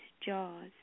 jaws